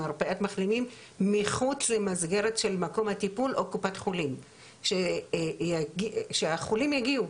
מרפאת מחלימים מחוץ למסגרת הטיפול או קופת החולים שהחולים יגיעו,